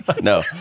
No